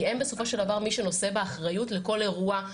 כי הם בסופו של דבר מי שנושא באחריות לכל אירוע,